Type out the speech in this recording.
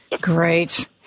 great